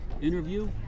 interview